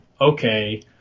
Okay